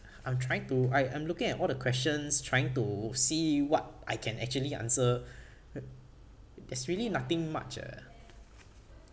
I'm trying to I I'm looking at all the questions trying to see what I can actually answer there's really nothing much eh